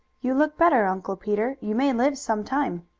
you look better, uncle peter. you may live some time.